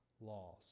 laws